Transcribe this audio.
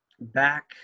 back